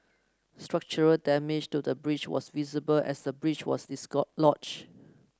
structural damage to the bridge was visible as the bridge was